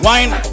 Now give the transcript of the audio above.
Wine